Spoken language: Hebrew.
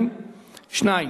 2)